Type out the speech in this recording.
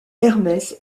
hermès